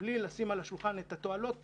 בלי לשים על השולחן את התועלות